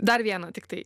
dar vieną tiktai